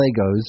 legos